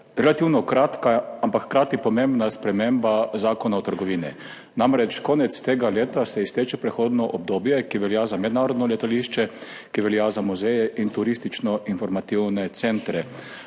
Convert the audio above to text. relativno kratka, ampak hkrati pomembnasprememba Zakona o trgovini. Namreč, konec tega leta se izteče prehodno obdobje, ki velja za mednarodno letališče, ki velja za muzeje in turističnoinformativne centre.